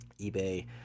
eBay